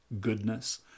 goodness